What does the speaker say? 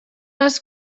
les